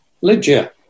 Lydia